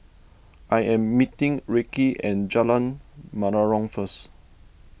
I am meeting Reece at Jalan Menarong first